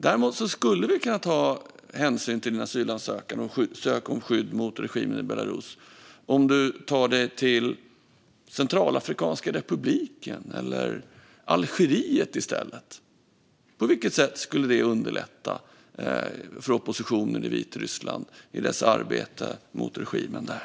Däremot skulle hänsyn kunna tas till en asylansökan om skydd mot regimen i Belarus om han eller hon tar sig till Centralafrikanska republiken eller Algeriet i stället. På vilket sätt skulle det underlätta för oppositionen i Vitryssland i dess arbete mot regimen där?